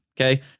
Okay